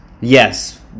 Yes